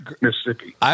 Mississippi